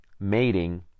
mating